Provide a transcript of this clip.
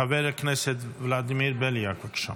חבר הכנסת ולדימיר בליאק, בבקשה.